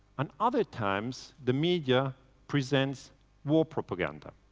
and other times the media presents war propaganda.